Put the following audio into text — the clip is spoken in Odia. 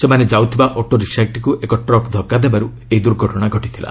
ସେମାନେ ଯାଉଥିବା ଅଟୋରିକ୍ସାଟିକୁ ଏକ ଟ୍ରକ୍ ଧକ୍ଟାଦେବାରୁ ଏହି ଦୁର୍ଘଟଣା ଘଟିଥିଲା